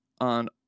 on